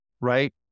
Right